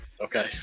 okay